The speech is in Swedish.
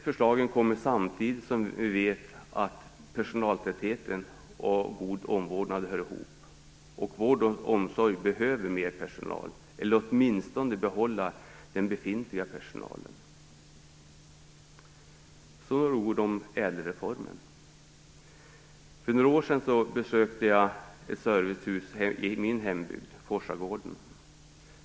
Förslag kommer samtidigt som vi vet att personaltäthet och god omvårdnad hör i ihop. Vården och omsorgen behöver mer personal, eller bör åtminstone få behålla den befintliga personalen. Jag vill också säga några ord om ÄDEL-reformen. För några år sedan besökte jag ett servicehus i min hembygd, Forsagården.